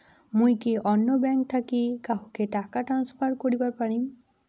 মুই কি অন্য ব্যাঙ্ক থাকি কাহকো টাকা ট্রান্সফার করিবার পারিম?